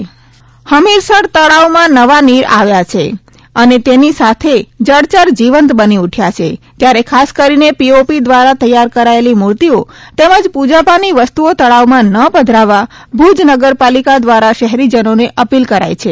ભૂજ નગરપાલિકા હમીરસર તળાવમાં નવા નીર આવ્યાં છે અને તેની સાથે જળચર જીવંત બની ઉઠચા છે ત્યારે ખાસ કરીને પીઓપી દ્વારા તૈયાર કરાયેલી મૂર્તિઓ તેમજ પૂજાપાની વસ્તુઓ તળાવમાં ન પધરાવવા ભૂજ નગરપાલિકા દ્વારા શહેરીજનોને અપીલ કરાઇ છે